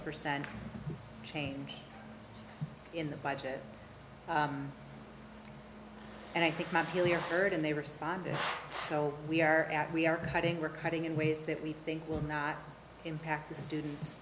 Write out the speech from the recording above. percent change in the budget and i think my feeling are heard and they responded so we are at we are cutting we're cutting in ways that we think will not impact the students